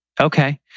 Okay